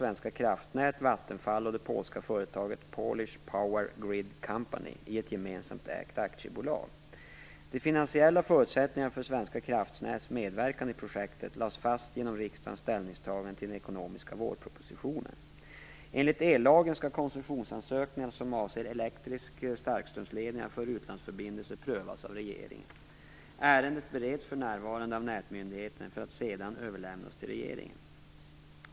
Enligt ellagen skall koncessionsansökningar som avser elektriska starkströmsledningar för utlandsförbindelser prövas av regeringen. Ärendet bereds för närvarande av Nätmyndigheten för att sedan överlämnas till regeringen.